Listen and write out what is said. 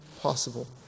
possible